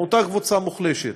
אותה קבוצה מוחלשת,